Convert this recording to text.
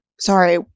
Sorry